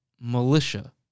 militia